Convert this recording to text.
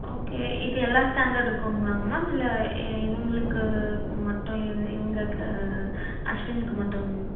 okay இது எல்லா ஸ்டாண்டர்டுக்குங்களாங்க மேம் இல்லை இவங்களுக்கு மட்டும் இவு இவங்களுக்கு அஸ்வினுக்கு மட்டும்